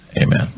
Amen